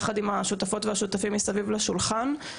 יחד עם השותפות והשותפים מסביב לשולחן.